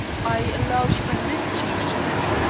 i allowed you meant mischief to him,